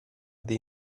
dei